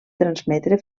transmetre